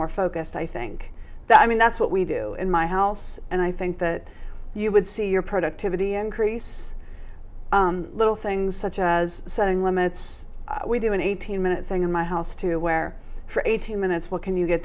more focused i think that i mean that's what we do in my house and i think that you would see your productivity increase little things such as setting limits we do an eighteen minute thing in my house to where for eighteen minutes what can you get